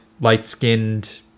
light-skinned